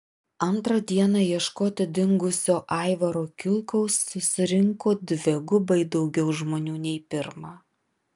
antrą dieną ieškoti dingusio aivaro kilkaus susirinko dvigubai daugiau žmonių nei pirmą